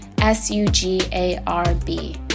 s-u-g-a-r-b